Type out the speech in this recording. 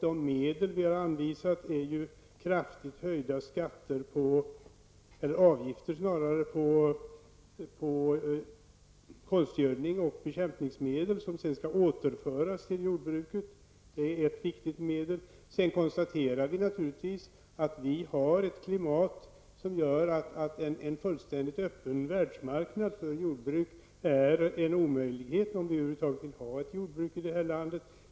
De medel som vi har anvisat är kraftigt höjda avgifter på konstgödning och bekämpningsmedel, som sedan skall återföras till jordbruket. Det är en viktig metod. Sedan konstaterar vi naturligtvis att vi har ett klimat, som gör att en fullständigt öppen världsmarknad för jordbruket är en omöjlighet, om vi över huvud taget vill ha ett jordbruk i detta land.